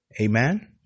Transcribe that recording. Amen